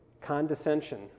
condescension